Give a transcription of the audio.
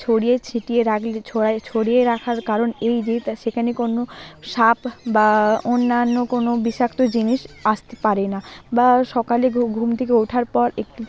ছড়িয়ে ছিটিয়ে রাখলে ছড়িয়ে রাখার কারণ এই যে তা সেখানে কোনও সাপ বা অন্যান্য কোনও বিষাক্ত জিনিস আসতে পারে না বা সকালে ঘুম থেকে ওঠার পর একটু